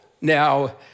now